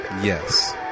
Yes